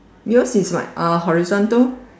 your is what a horizontal